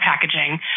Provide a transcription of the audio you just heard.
packaging